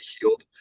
healed